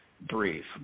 brief